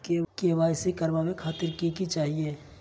KYC करवावे खातीर कि कि चाहियो?